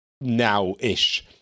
now-ish